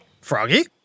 Froggy